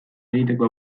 egiteko